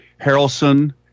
Harrelson